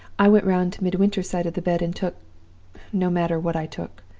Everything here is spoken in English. i went round to midwinter's side of the bed, and took no matter what i took.